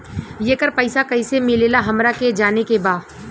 येकर पैसा कैसे मिलेला हमरा के जाने के बा?